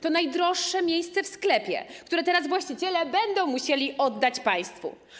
To najdroższe miejsce w sklepie, które teraz właściciele będą musieli oddać państwu.